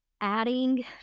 adding